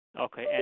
Okay